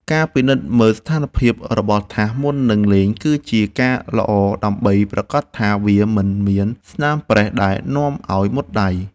ការពិនិត្យមើលស្ថានភាពរបស់ថាសមុននឹងលេង គឺជាការល្អដើម្បីប្រាកដថាវាមិនមានស្នាមប្រេះដែលនាំឱ្យមុតដៃ។